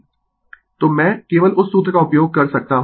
तो मैं केवल उस सूत्र का उपयोग कर सकता हूं